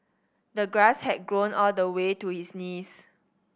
the grass had grown all the way to his knees